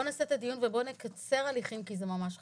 בואו נעשה את הדיון ובואו נקצר הליכים כי זה ממש חשוב.